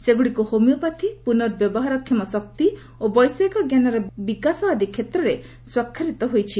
ସେଗୁଡ଼ିକ ହୋମିଓପାଥି ପୁନର୍ବ୍ୟବହାର କ୍ଷମ ଶକ୍ତି ଓ ବୈଷୟିକଜ୍ଞାନର ବିକାଶ ଆଦି କ୍ଷେତ୍ରରେ ସ୍ୱାକ୍ଷରିତ ହୋଇଛି